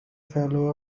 fellow